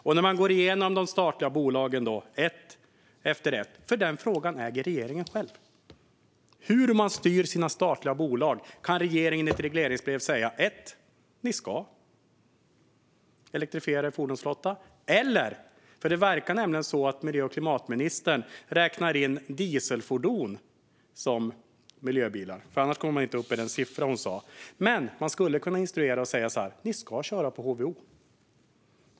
Man kan gå igenom de statliga bolagen ett efter ett. Denna fråga äger regeringen själv. Hur styr man sina statliga bolag? Regeringen kan i ett regleringsbrev säga: Ni ska elektrifiera er fordonsflotta. Det verkar som att miljö och klimatministern räknar in dieselfordon bland miljöbilarna; annars kommer man inte upp i den siffra hon sa. Man skulle då kunna instruera och säga så här: Ni ska köra på HVO.